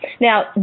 Now